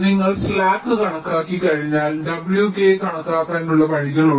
നിങ്ങൾ സ്ലാക്ക് കണക്കാക്കിയുകഴിഞ്ഞാൽ wk കണക്കാക്കാനുള്ള വഴികളുണ്ട്